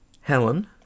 Helen